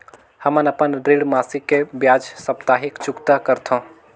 हमन अपन ऋण मासिक के बजाय साप्ताहिक चुकता करथों